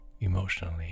emotionally